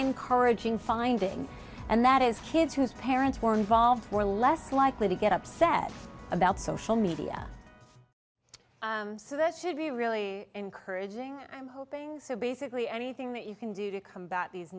encouraging finding and that is kids whose parents were involved were less likely to get upset about social media so that should be really encouraging i'm hoping so basically anything that you can do to combat these